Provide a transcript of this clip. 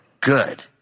good